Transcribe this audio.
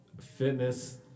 Fitness